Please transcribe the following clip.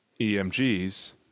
emgs